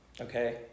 Okay